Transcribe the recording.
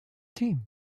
team